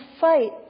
fight